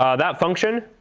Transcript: um that function